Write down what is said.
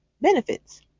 benefits